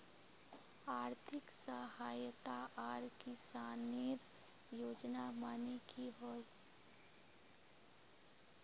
आर्थिक सहायता आर किसानेर योजना माने की होय?